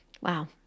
Wow